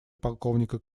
полковника